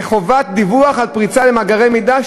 הצעת חוק לחובת דיווח על פריצה למאגרי מידע,